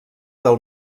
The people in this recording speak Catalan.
del